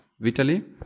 Vitaly